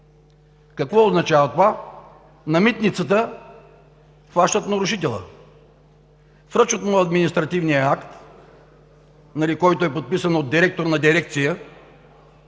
Какво означава това? На Митницата хващат нарушителя, връчват му административния акт, който е подписан от директора на дирекция